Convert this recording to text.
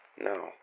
No